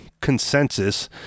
consensus